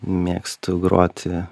mėgstu groti